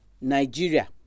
Nigeria